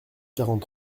quarante